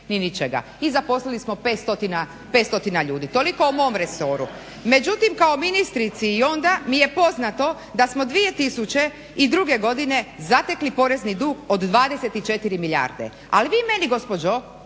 i zaposlili smo 500 ljudi. Toliko o mom resoru. Međutim kao ministrici i onda mi je poznato da smo 2002.godine zatekli porezni dug od 24 milijarde. Ali vi meni gospođo